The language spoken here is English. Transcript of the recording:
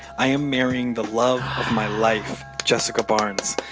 i am marrying the love of my life, jessica barnes.